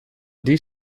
die